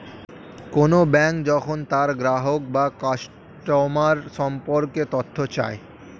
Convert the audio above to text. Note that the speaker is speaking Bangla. কোন ব্যাঙ্ক যখন তার গ্রাহক বা কাস্টমার সম্পর্কে তথ্য চায়